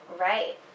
Right